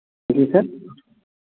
जी sir